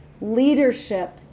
Leadership